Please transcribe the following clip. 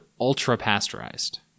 ultra-pasteurized